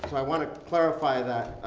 i want to clarify that,